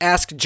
Ask